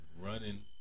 running